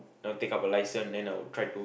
take up a license then I will try to